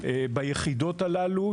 ביחידות הללו,